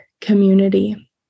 community